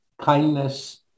kindness